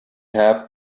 have